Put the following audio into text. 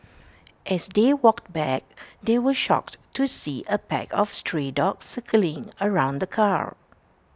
as they walked back they were shocked to see A pack of stray dogs circling around the car